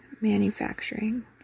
manufacturing